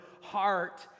heart